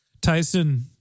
Tyson